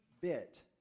bit